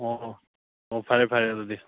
ꯑꯣ ꯑꯣ ꯑꯣ ꯐꯔꯦ ꯐꯔꯦ ꯑꯗꯨꯗꯤ